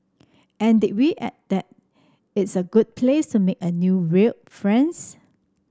and did we add that it's a good place to make a new weird friends